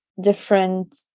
different